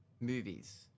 movies